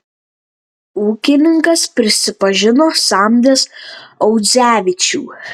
ūkininkas prisipažino samdęs audzevičių